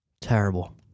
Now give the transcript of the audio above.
Terrible